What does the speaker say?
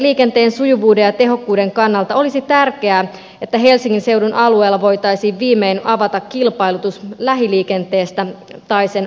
liikenteen sujuvuuden ja tehokkuuden kannalta olisi tärkeää että helsingin seudun alueella voitaisiin viimein avata kilpailutus lähiliikenteestä tai sen osista